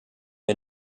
wir